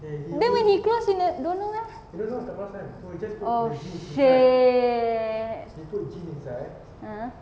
then when he close he don't know meh oh shit uh